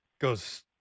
goes